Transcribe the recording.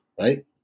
right